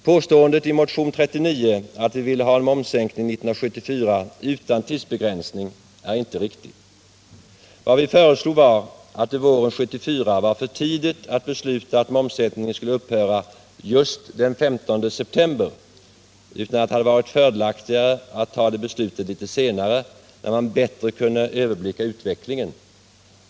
Påståendet i motionen 39 att vi ville ha en momssänkning 1974 utan tidsbegränsning är inte riktigt. Vad vi uttalade var att det våren 1974 var för tidigt att besluta att momssänkningen skulle upphöra just den 15 september och att det hade varit fördelaktigare att ta beslutet litet senare, när man bättre kunde överblicka utvecklingen.